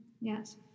Yes